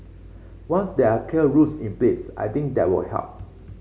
once there are clear rules in place I think that will help